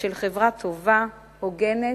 של חברה טובה, הוגנת,